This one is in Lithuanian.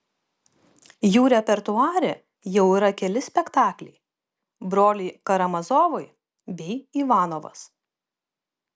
jų repertuare jau yra keli spektakliai broliai karamazovai bei ivanovas